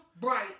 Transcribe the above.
Bright